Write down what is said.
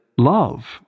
Love